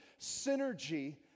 synergy